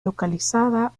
localizada